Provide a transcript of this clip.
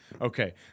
Okay